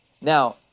Now